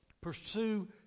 Pursue